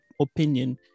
opinion